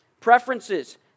preferences